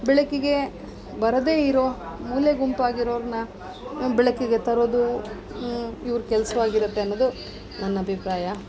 ಬೆಳಕಿಗೆ ಬರದೇ ಇರೋ ಮೂಲೆ ಗುಂಪಾಗಿರೋರನ್ನ ಬೆಳಕಿಗೆ ತರೋದು ಇವ್ರ ಕೆಲಸವಾಗಿರತ್ತೆ ಅನ್ನೋದು ನನ್ನ ಅಭಿಪ್ರಾಯ